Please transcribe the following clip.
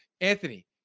Anthony